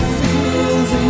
feels